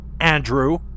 Andrew